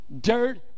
Dirt